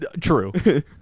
True